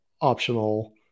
optional